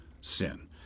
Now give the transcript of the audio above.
sin